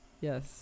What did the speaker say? yes